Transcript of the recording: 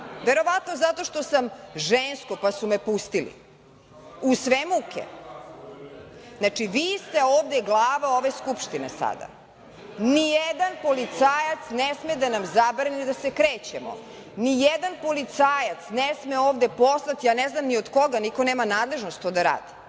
Verovatno zato što sam žensko, pa su me pustili, uz sve muke. Znači, vi ste ovde glava ove Skupštine sada. Nijedan policajac ne sme da nam zabrani da se krećemo. Nijedan policajac ne sme ovde, poslat ne znam ni od koga, niko nema nadležnost to da radi,